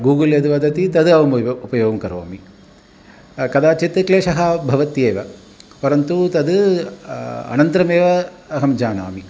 Google यद्वदति तद् उपयोगं करोमि कदाचित् क्लेशः भवत्येव परन्तु तद् अनन्तरमेव अहं जानामि